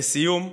לסיום,